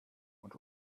und